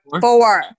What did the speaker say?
four